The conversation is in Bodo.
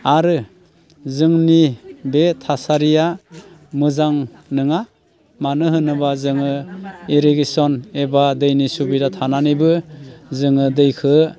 आरो जोंनि बे थासारिया मोजां नङा मानो होनोबा जोङो इरिगेसन एबा दैनि सुबिदा थानानैबो जोङो दैखौ